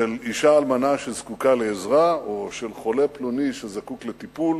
של אשה אלמנה שזקוקה לעזרה או של חולה פלוני שזקוק לטיפול